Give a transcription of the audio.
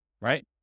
right